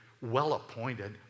well-appointed